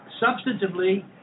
substantively